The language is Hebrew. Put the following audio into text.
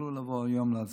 יוכלו לבוא היום להצבעה.